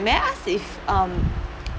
may I ask if um